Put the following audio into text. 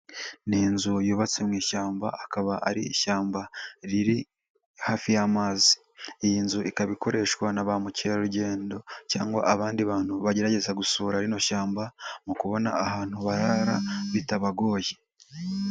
Ni inzu yubatse mu ishyamba akaba ari ishyamba riri hafi y'amazi, iyi nzu ikaba ikoreshwa na ba mukerarugendo, cyangwa abandi bantu bagerageza gusura rino shyamba mu kubona ahantu barara bitabagoye.